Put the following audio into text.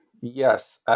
Yes